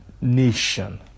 nation